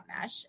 mesh